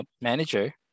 manager